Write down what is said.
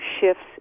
shifts